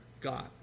God